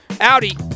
Audi